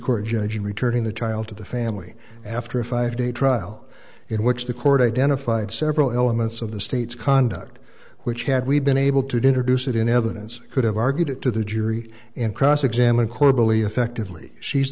court judge in returning the child to the family after a five day trial in which the court identified several elements of the state's conduct which had we been able to introduce it in evidence could have argued it to the jury and cross examined core belief actively she's